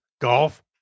golf